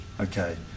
Okay